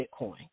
Bitcoin